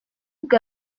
bwe